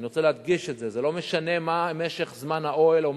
אני רוצה להדגיש את זה: זה לא משנה מה משך זמן השהייה באוהל,